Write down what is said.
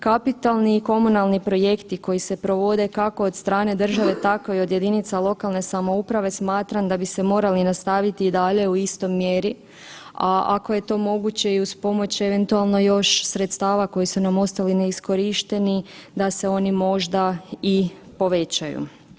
Kapitalni i komunalni projekti koji se provede kako od strane države tako i od jedinica lokalne samouprave smatram da bi se morali nastaviti i dalje u istoj mjeri, a ako je to moguće i uz pomoć eventualno još sredstava koji su nam ostali neiskorišteni da se oni možda i povećaju.